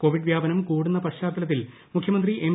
Covid വൃാപനം കൂടുന്ന പശ്ചാത്തലത്തിൽ മുഖ്യമന്ത്രി എം